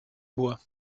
bois